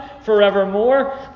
forevermore